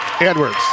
Edwards